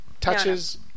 touches